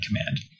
command